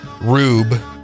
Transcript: Rube